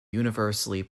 universally